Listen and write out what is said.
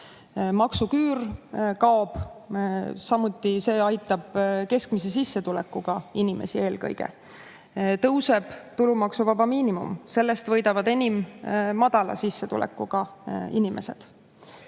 Maksuküür kaob, see aitab eelkõige keskmise sissetulekuga inimesi. Tõuseb tulumaksuvaba miinimum, sellest võidavad enim madala sissetulekuga inimesed.